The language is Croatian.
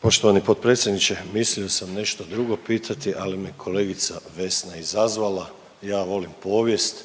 Poštovani potpredsjedniče, mislio sam nešto drugo pitati, ali me kolegica Vesna izazvala. Ja volim povijest